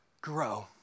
Grow